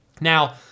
Now